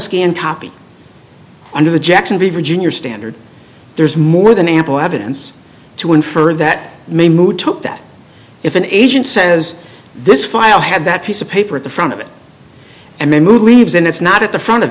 scanned copy under the jacksonville virgin your standard there's more than ample evidence to infer that mood took that if an agent says this file had that piece of paper at the front of it and then move leaves and it's not at the front of